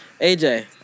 AJ